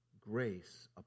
grace